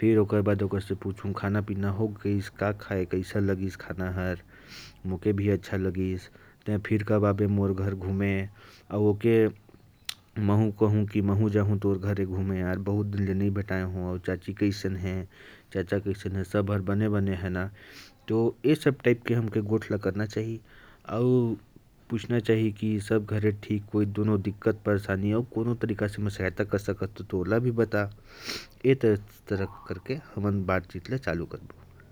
कोई दिक्कत तो नहीं है?" "अगर कोई दिक्कत है, तो बताओ यार, मैं हर संभव प्रयास करूंगा, ठीक करने के लिए।"